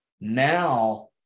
now